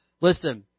Listen